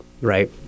right